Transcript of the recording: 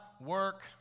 work